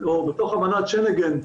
או בתוך אמנת שֶנְגֶן,